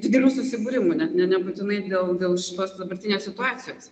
didelių susibūrimų net nebūtinai dėl dėl šitos dabartinės situacijos